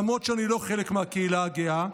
למרות שאני לא חלק מהקהילה הגאה.